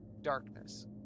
darkness